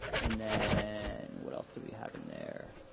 and then what else do we have in there?